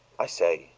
i say,